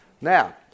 Now